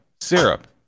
syrup